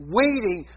waiting